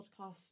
podcast